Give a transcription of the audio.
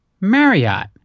Marriott